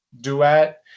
duet